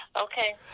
Okay